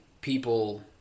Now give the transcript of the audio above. people